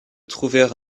trouver